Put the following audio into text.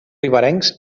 riberencs